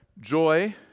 joy